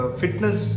fitness